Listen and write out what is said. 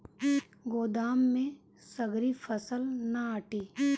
गोदाम में सगरी फसल ना आटी